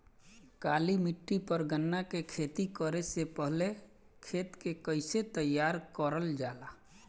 काली मिट्टी पर गन्ना के खेती करे से पहले खेत के कइसे तैयार करल जाला?